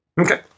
Okay